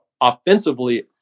offensively